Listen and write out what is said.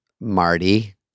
Marty